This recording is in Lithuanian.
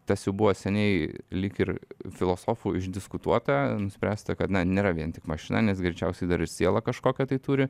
tas jau buvo seniai lyg ir filosofų išdiskutuota nuspręsta kad na nėra vien tik mašina nes greičiausiai dar ir sielą kažkokią tai turi